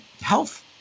health